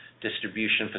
distribution